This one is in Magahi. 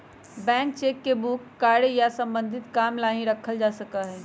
ब्लैंक चेक के मुख्य कार्य या सम्बन्धित काम ला ही रखा जा सका हई